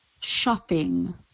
shopping